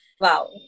Wow